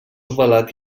ovalat